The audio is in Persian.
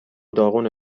داغونه